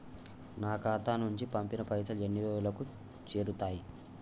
నా ఖాతా నుంచి పంపిన పైసలు ఎన్ని రోజులకు చేరుతయ్?